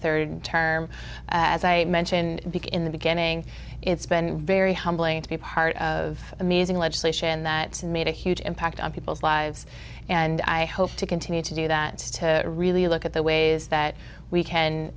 third term as i mentioned big in the beginning it's been very humbling to be part of amazing legislation that made a huge impact on people's lives and i hope to continue to do that to really look at the ways that we can